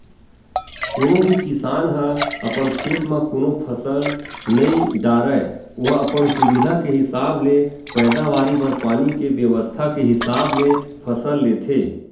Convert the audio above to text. कोनो भी किसान ह अपन खेत म कोनो फसल नइ डारय ओहा अपन सुबिधा के हिसाब ले पैदावारी बर पानी के बेवस्था के हिसाब ले फसल लेथे